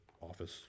office